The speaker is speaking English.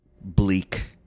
bleak